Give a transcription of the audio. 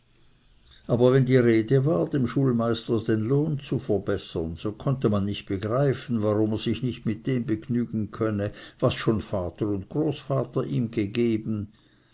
aber wenn die rede war dem schulmeister den lohn zu verbessern so konnte man nicht begreifen warum er sich nicht mit dem begnügen könne was schon vater und großvater ihm gegeben